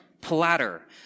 platter